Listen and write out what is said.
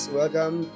welcome